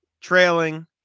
trailing